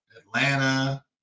Atlanta